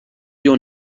your